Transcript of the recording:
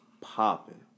popping